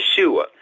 Yeshua